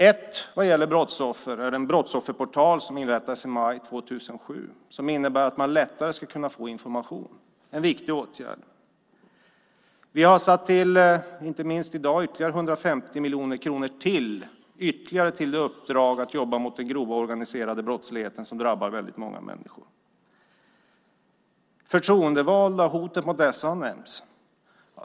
I maj 2007 inrättades en brottsofferportal. Genom den ska man lättare kunna få information. Det är en viktig åtgärd. I dag har vi lagt ytterligare 150 miljoner kronor till uppdraget att jobba mot den grova organiserade brottsligheten som drabbar väldigt många människor. Hotet mot förtroendevalda har nämnts.